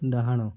ଡାହାଣ